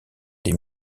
des